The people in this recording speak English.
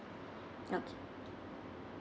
okay